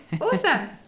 awesome